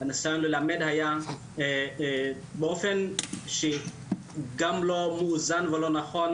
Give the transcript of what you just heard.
הניסיון ללמד היה באופן שגם לא מאוזן ולא נכון,